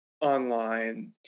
online